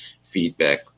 feedback